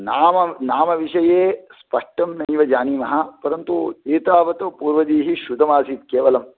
नाम नामविषये स्पष्टं नैव जानीमः परन्तु एतावत् पूर्वजैः श्रुतमासीत् केवलम्